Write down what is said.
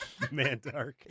Mandark